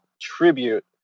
tribute